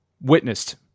witnessed